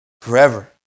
forever